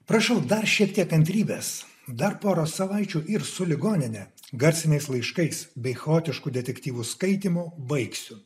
prašau dar šiek tiek kantrybės dar porą savaičių ir su ligonine garsiniais laiškais bei chaotiškų detektyvų skaitymo baigsiu